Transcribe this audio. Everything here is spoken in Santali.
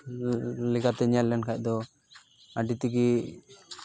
ᱞᱮᱠᱟᱛᱮ ᱧᱮᱞ ᱞᱮᱠᱷᱟᱱ ᱫᱚ ᱟᱹᱰᱤ ᱛᱮᱜᱮ